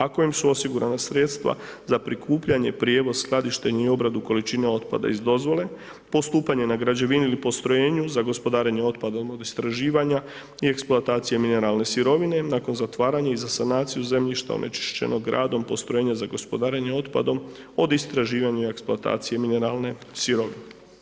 Ako su im osigurana sredstva za prikupljanje, prijevoz, skladištenje i obradu količine otpada iz dozvole, postupanje na građevini ili postrojenju za gospodarenje otpadom od istraživanja i eksploatacije mineralne sirovine nakon zatvaranja i za sanaciju zemljišta onečišćenog radom postrojenja za gospodarenje otpadom od istraživanja i eksploatacije minerale sirovine.